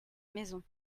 maison